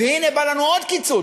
והנה בא לנו עוד קיצוץ,